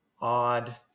odd